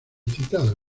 citado